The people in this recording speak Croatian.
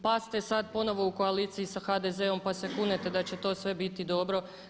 Pa ste sad ponovo u koaliciji sa HDZ-om, pa se kunete da će to sve biti dobro.